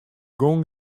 gong